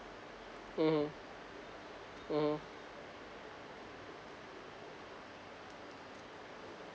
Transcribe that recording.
mmhmm mmhmm